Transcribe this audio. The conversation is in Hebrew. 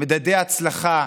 מדדי הצלחה,